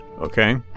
Okay